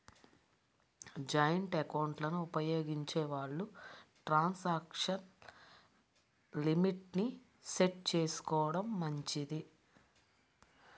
joint ఎకౌంట్లను ఉపయోగించే వాళ్ళు ట్రాన్సాక్షన్ లిమిట్ ని సెట్ చేసుకోడం మంచిది